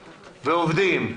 ועובדים.